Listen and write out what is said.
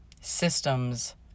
systems